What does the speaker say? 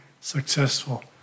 successful